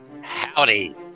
Howdy